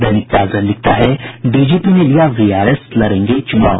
दैनिक जागरण लिखता है डीजीपी ने लिया वीआरएस लड़ेंगे चुनाव